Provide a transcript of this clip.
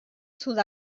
sud